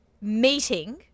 meeting